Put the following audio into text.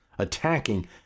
attacking